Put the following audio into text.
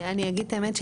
אני אגיד את האמת.